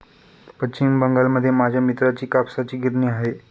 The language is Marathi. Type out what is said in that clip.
पश्चिम बंगालमध्ये माझ्या मित्राची कापसाची गिरणी आहे